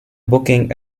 booking